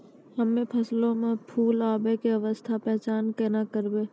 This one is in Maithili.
हम्मे फसलो मे फूल आबै के अवस्था के पहचान केना करबै?